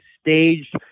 staged